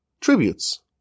tributes